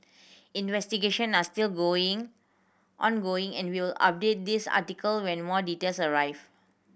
investigation are still going ongoing and we'll update this article when more details arrive